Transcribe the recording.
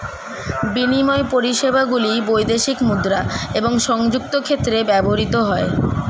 বিনিময় পরিষেবাগুলি বৈদেশিক মুদ্রা এবং সংযুক্ত ক্ষেত্রে ব্যবহৃত হয়